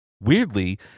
weirdly